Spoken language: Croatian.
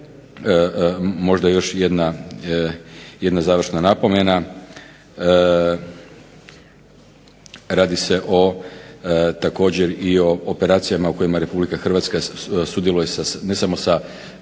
možda još jedna završna napomena, radi se o također i o operacijama u kojima RH sudjeluje ne samo sa snagama